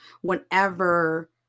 whenever